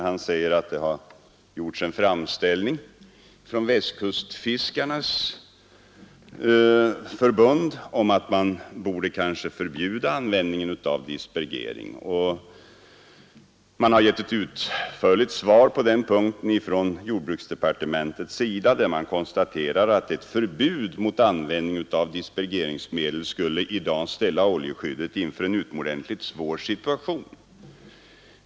Han säger att det har gjorts en framställning från Västkustfiskarna om att den metoden borde förbjudas. Man har från jordbruksdepartementet gett ett utförligt svar på den punkten, där man konstaterar att ett förbud mot användning av dispergeringsmedel i dag skulle ställa oljeskyddet inför en utomordentligt svår situation.